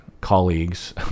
colleagues